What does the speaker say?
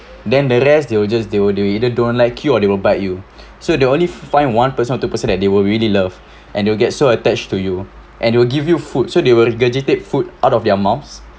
then the rest they will just they will do either don't like you or they will bite you so they only find one person or two person that they will really love and they will get so attached to you and they will give you food so they will regurgitate food out of their mouths